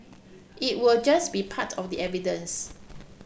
it will just be part of the evidence